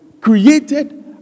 created